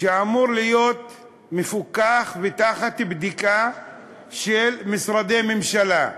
שאמור להיות מפוקח ותחת בדיקה של משרדי ממשלה,